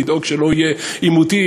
לדאוג שלא יהיו עימותים,